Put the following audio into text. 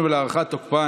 אחשוב על זה ואעדכן אותך.